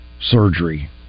surgery